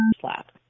slap